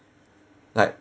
like